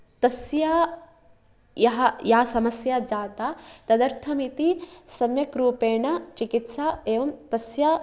तस्य यः या समस्या जाता तदर्थमिति सम्यक् रूपेण चिकित्सा एवं तस्य